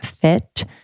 Fit